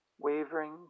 wavering